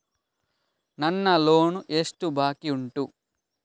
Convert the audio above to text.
ನನ್ನ ಲೋನ್ ಎಷ್ಟು ಬಾಕಿ ಉಂಟು?